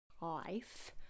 life